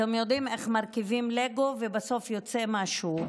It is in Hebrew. אתם יודעים איך מרכיבים לגו ובסוף יוצא משהו?